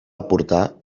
aportar